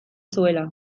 zuela